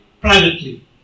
privately